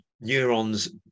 neurons